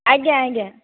ଆଜ୍ଞା ଆଜ୍ଞା